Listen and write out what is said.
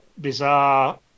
bizarre